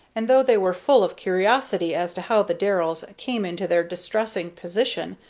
and though they were full of curiosity as to how the darrells came into their distressing position,